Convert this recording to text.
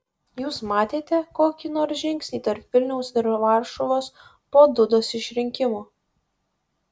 jūs matėte kokį nors žingsnį tarp vilniaus ir varšuvos po dudos išrinkimo